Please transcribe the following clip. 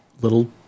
little